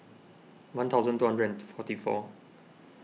one thousand two hundred and forty four